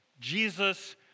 Jesus